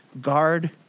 Guard